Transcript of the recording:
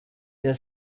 der